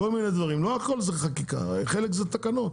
לא הכול זה חקיקה, חלק זה תקנות.